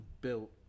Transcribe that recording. built